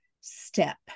step